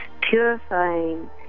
purifying